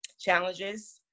challenges